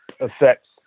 affects